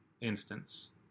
instance